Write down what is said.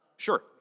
Sure